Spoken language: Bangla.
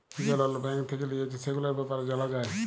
যে লল ব্যাঙ্ক থেক্যে লিয়েছে, সেগুলার ব্যাপারে জালা যায়